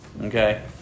Okay